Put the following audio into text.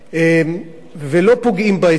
לא פוגעים בעצים.